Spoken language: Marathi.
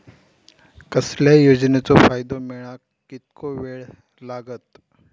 कसल्याय योजनेचो फायदो मेळाक कितको वेळ लागत?